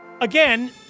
again